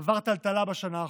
עבר טלטלה בשנה האחרונה.